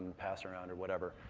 and pass around, or whatever.